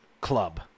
club